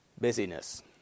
busyness